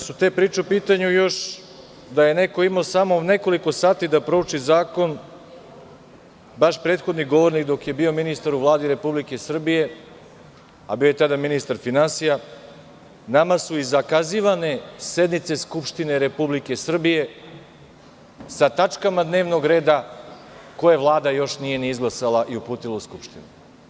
Kada su te priče u pitanju, još da je neko imao samo nekoliko sati da prouči zakon, vaš prethodni govornik dok je bio ministar u Vladi Republike Srbije, a bio je tada ministar finansija, nama su i zakazivane sednice Skupštine Republike Srbije sa tačkama dnevnog reda, koje Vlada još nije ni izglasala i uputila u Skupštinu.